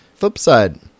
Flipside